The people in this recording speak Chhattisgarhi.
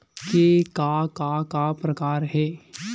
के का का प्रकार हे?